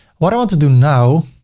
what i want to do now?